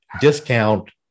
discount